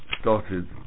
started